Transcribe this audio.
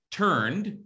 turned